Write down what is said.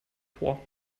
vor